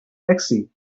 taxi